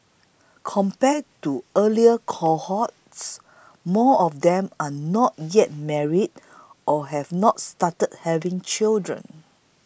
compared to earlier cohorts more of them are not yet married or have not started having children